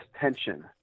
tension